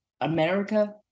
america